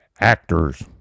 actors